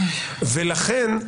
ולכן,